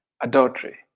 adultery